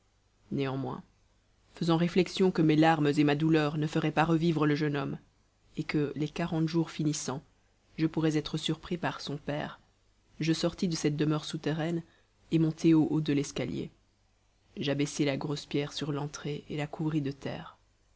néanmoins faisant réflexion que mes larmes et ma douleur ne feraient pas revivre le jeune homme et que les quarante jours finissant je pourrais être surpris par son père je sortis de cette demeure souterraine et montai au haut de l'escalier j'abaissai la grosse pierre sur l'entrée et la couvris de terre